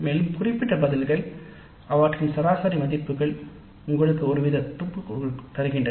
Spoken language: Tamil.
மேலும் குறிப்பிட்ட பதில்கள் அவற்றின் சராசரி மதிப்புகள் உங்களுக்கு ஒருவித துப்பு தருகின்றன